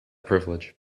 privilege